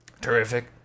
Terrific